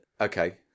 Okay